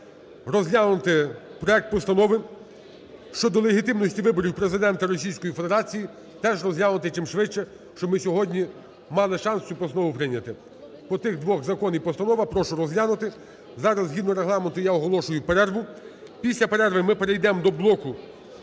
розглянути проект Постанови щодо легітимності виборів Президента Російської Федерації. Теж розглянути чимшвидше, щоб ми сьогодні мали шанс цю постанову прийняти. По тих двох – закон і постанова – прошу розглянути. Зараз згідно Регламенту я оголошую перерву. Після перерви ми перейдемо до блоку